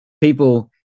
people